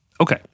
Okay